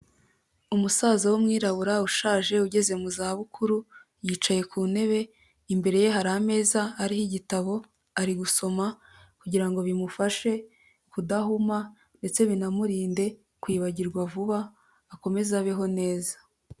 Umusaza w'umwirabura ushaje ugeze mu za bukuru, yicaye ku ntebe imbere ye hari ameza ariho igitabo, ari gusoma kugira ngo bimufashe kudahuma ndetse binamurinde kwibagirwa vuba, akomeze abeho neza.